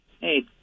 Hey